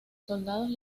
soldados